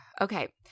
Okay